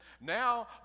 Now